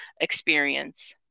experience